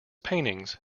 paintings